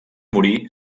morir